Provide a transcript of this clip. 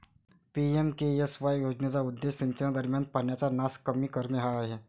PMKSY योजनेचा उद्देश सिंचनादरम्यान पाण्याचा नास कमी करणे हा आहे